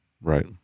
Right